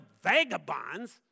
vagabonds